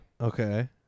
Okay